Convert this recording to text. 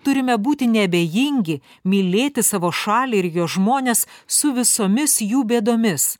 turime būti neabejingi mylėti savo šalį ir jos žmones su visomis jų bėdomis